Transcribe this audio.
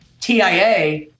TIA